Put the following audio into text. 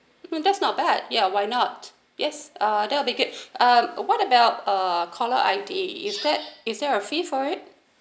mm that's not bad ya why not yes uh that will be great uh what about uh caller I_D is that is there a fee for it